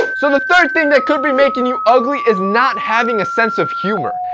so the third thing that could be making you ugly is not having a sense of humor.